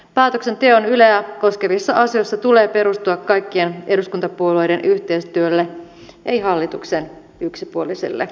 päätöksenteon yleä koskevissa asioissa tulee perustua kaikkien eduskuntapuolueiden yhteistyölle ei hallituksen yksipuoliselle päätökselle